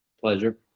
Pleasure